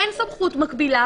אין סמכות מקבילה.